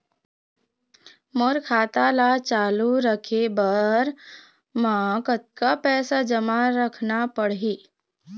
मोर खाता ला चालू रखे बर म कतका पैसा जमा रखना पड़ही?